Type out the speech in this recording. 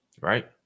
right